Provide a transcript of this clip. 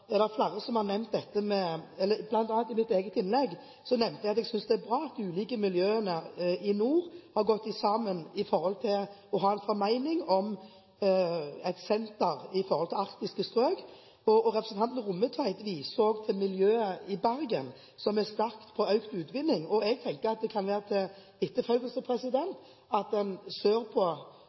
det er ikke en intern uenighet, men det er en samling om politikken. I debatten er det flere som har nevnt, og bl.a. jeg i mitt eget innlegg, at det er bra at ulike miljøer i nord har gått i sammen om å ha en formening om et senter for petroleumsvirksomhet i arktiske strøk. Representanten Rommetveit viser også til miljøer i Bergen som er sterke på økt utvinning. Jeg tenker at det kan være til etterfølgelse at